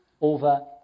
over